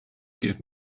give